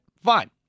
Fine